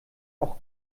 auch